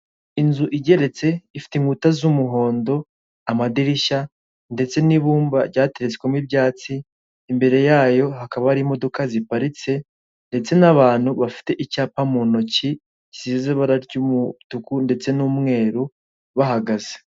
Inzu igeretse ifite inkuta z'umuhondo, amadirishya ndetse n'ibumba ryateretsemo ibyatsi, imbere yayo hakaba hari imodoka ziparitse ndetse n'abantu bafite icyapa mu intoki gizize ibara ry'umutuku ndetse n'umweru bahagaze.